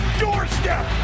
doorstep